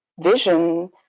vision